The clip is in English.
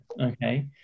okay